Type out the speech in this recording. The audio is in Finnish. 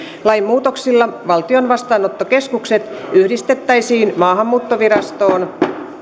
lain muutoksilla valtion vastaanottokeskukset yhdistettäisiin maahanmuuttovirastoon